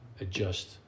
adjust